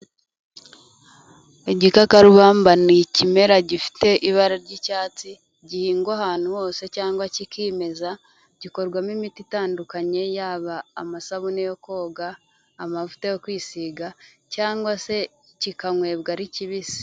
Igikakarubamba ni ikimera gifite ibara ry'icyatsi gihingwa ahantu hose cyangwa cyikimeza, gikorwamo imiti itandukanye yaba amasabune yo koga, amavuta yo kwisiga cyangwa se cyikanywebwa ari kibisi.